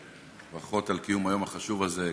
ברכות על קיום היום החשוב הזה.